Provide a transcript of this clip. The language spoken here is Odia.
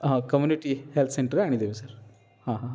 ହଁ କମ୍ୟୁନିଟି ହେଲଥ୍ ସେଣ୍ଟର୍ ଆଣିଦେବେ ସାର୍ ହଁ ହଁ